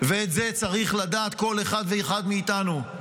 ואת זה צריך לדעת כל אחד ואחד מאיתנו: